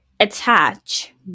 attach